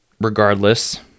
regardless